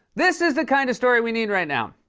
this is the kind of story we need right now.